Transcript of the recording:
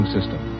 System